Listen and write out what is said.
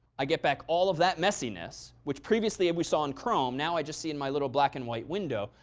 i get back all of that messiness. which previously we saw in chrome, now i just see in my little black and white window.